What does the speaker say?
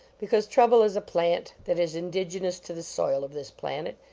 because trouble is a plant that is indigenous to the soil of this planet,